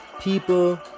people